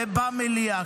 ובמליאה,